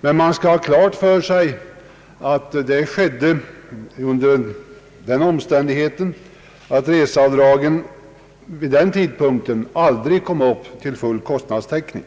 Men det är viktigt att ha klart för sig att reseavdragen på den tiden aldrig nådde upp till full kostnadstäckning.